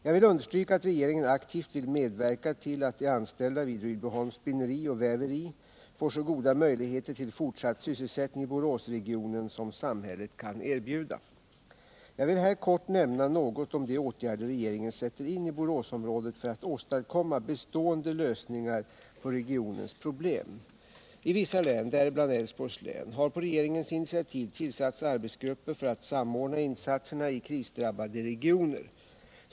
Jag vill understryka att regeringen aktivt vill medverka till att de anställda vid Rydboholms spinneri och väveri får så goda möjligheter till fortsatt sysselsättning i Boråsregionen som samhället kan erbjuda. Jag vill här kort nämna något om de åtgärder regeringen sätter in i Boråsområdet för att åstadkomma bestående lösningar på regionens problem. I vissa län — däribland Älvsborgs län — har på regeringens initiativ tillsatts arbetsgrupper för att samordna insatserna i krisdrabbade regioner.